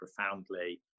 profoundly